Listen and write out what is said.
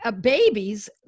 babies